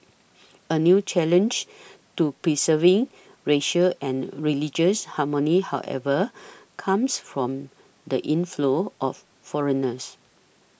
a new challenge to preserving racial and religious harmony however comes from the inflow of foreigners